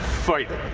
frightened,